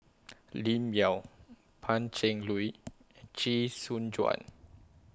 Lim Yau Pan Cheng Lui Chee Soon Juan